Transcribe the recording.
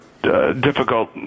Difficult